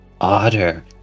Otter